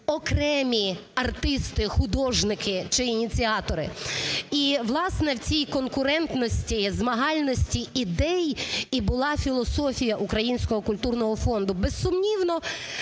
окремі артисти, художники чи ініціатори. І, власне, в цій конкурентності, змагальності ідей і була філософія Українського культурного фонду. Безсумнівно,